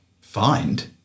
find